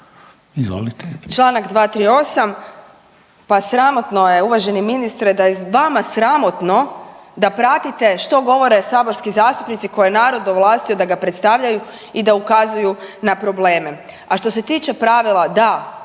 Članak 238. pa sramotno je, uvaženi ministre, da je vama sramotno da pratite što govore saborski zastupnici koje je narod ovlastio da ga predstavljaju i da ukazuju na probleme. A što se tiče pravila, da,